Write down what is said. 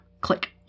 Click